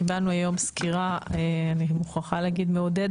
קיבלנו היום סקירה מעודדת,